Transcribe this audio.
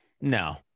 no